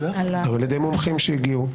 גם על-ידי מומחים שהגיעו,